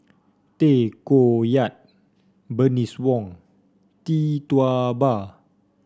Tay Koh Yat Bernice Wong Tee Tua Ba